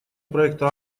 проекта